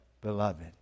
beloved